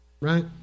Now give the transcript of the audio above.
Right